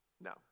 No